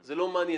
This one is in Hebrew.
זה לא מעניין,